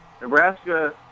Nebraska